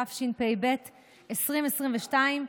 התשפ"ב 2022,